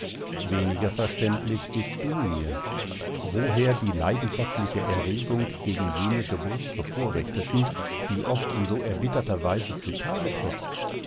weniger verständlich bist du mir woher die leidenschaftliche erregung gegen jene geburtsbevorrechteten die oft in so erbitterter weise zu tage tritt